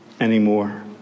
anymore